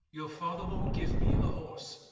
your father won't give me a horse.